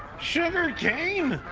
sugar cane?